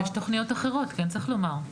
יש תוכניות אחרות כן צריך לומר,